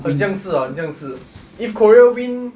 很像是 ah 很像是 if korea win